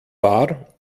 war